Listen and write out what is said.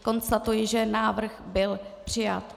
Konstatuji, že návrh byl přijat.